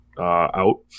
out